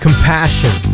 Compassion